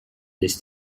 this